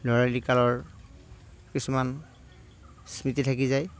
ল'ৰালি কালৰ কিছুমান স্মৃতি থাকি যায়